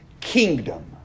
kingdom